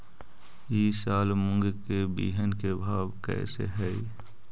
ई साल मूंग के बिहन के भाव कैसे हई?